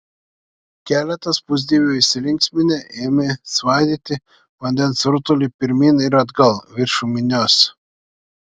keletas pusdievių įsilinksminę ėmė svaidyti vandens rutulį pirmyn ir atgal viršum minios